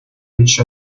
each